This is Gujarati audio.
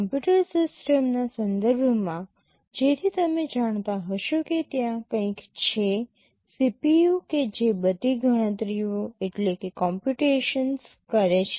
કમ્પ્યુટર સિસ્ટમના સંદર્ભમાં જેથી તમે જાણતા હશો કે ત્યાં કંઈક છે CPU કે જે બધી ગણતરીઓ કરે છે